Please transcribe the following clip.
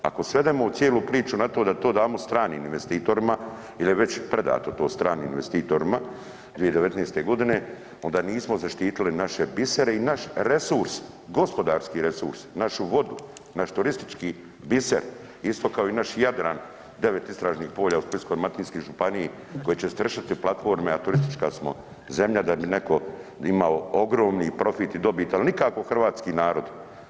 Ako svedemo ovu cijelu priču na to da to damo stranim investitorima jer je već predato to stranim investitorima 2019. g., onda nismo zaštitili naše bisere i naš resurs, gospodarski resurs, našu vodu, naš turistički biser isto kao i naš Jadran, 9 istražnih polja u Splitsko-dalmatinskoj županiji koji će stršiti platforme a turistička smo zemlja, da bi neko imao ogromni profit i dobit ali nikako hrvatski narod.